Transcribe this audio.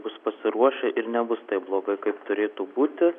bus pasiruošę ir nebus taip blogai kaip turėtų būti